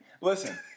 Listen